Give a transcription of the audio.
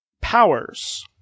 Powers